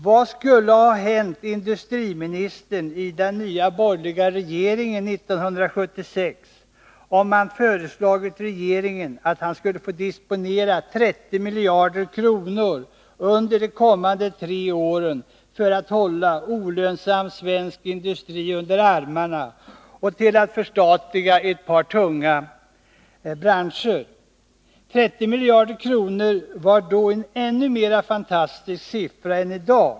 Vad skulle ha hänt om industriministern i den nya borgerliga regeringen 1976 hade föreslagit regeringen att han skulle få disponera 30 miljarder kronor under de kommande tre åren för att hålla olönsam svensk industri under armarna och förstatliga ett par tunga branscher? 30 miljarder kronor var då en ännu mer fantastisk siffra än i dag.